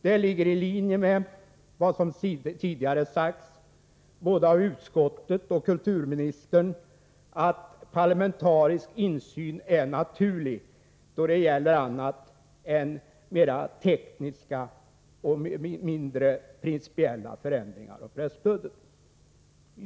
Det ligger i linje med vad som tidigare sagts både av utskottet och av kulturministern, att parlamentarisk insyn är naturlig då det gäller annat än mera tekniska och mindre principiella förändringar av presstödet.